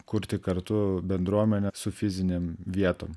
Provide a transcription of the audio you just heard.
kurti kartu bendruomenę su fizinėm vietom